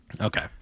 Okay